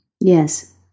yes